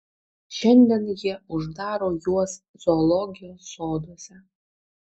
šiandien jie uždaro juos zoologijos soduose